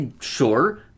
Sure